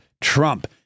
Trump